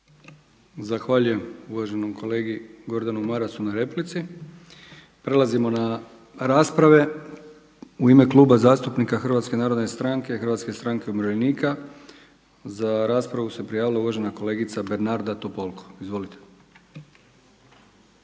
Zahvaljujem uvaženom kolegi Gordanu Marasu na replici. Prelazimo na rasprave. U ime Kluba zastupnika Hrvatske narodne stranke, Hrvatske stranke umirovljenika za raspravu se prijavila uvažena kolegica Bernarda Topolko. Izvolite.